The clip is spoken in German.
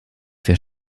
vier